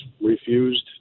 refused